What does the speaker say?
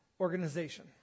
organization